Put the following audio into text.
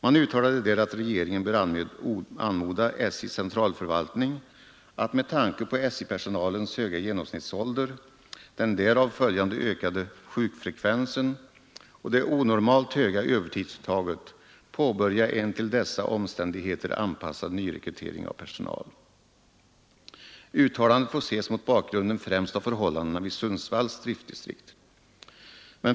Man uttalade där att regeringen bör anmoda SJ:s centralförvaltning att med tanke på SJ-personalens höga genomsnittsålder, den därav följande ökade sjukfrekvensen och det onormalt höga övertidsuttaget, påbörja en till dessa omständigheter anpassad nyrekrytering av personal. Uttalandet får ses mot bakgrunden främst av förhållandena vid Sundsvalls driftdistrikt.